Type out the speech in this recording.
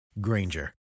Granger